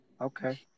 Okay